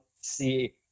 see